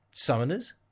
summoners